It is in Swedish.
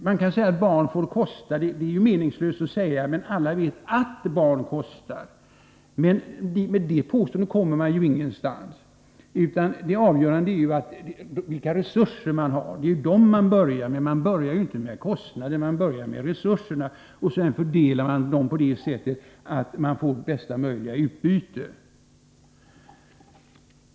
Barn får kosta, säger Inga Lantz. Det är meningslöst att säga detta, men alla vet att barn kostar. Med det påståendet kommer man emellertid ingenstans, utan det avgörande är vilka resurser man har. Man börjar ju med resurserna, inte med kostnaderna, och sedan fördelar man dem på det sättet att man får bästa möjliga utbyte.